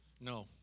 No